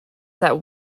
that